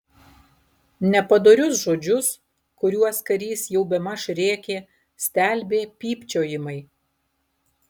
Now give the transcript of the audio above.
nepadorius žodžius kuriuos karys jau bemaž rėkė stelbė pypčiojimai